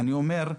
אני אומר: